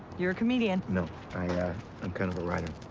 you're a comedian. no. i, ah i'm kind of a writer.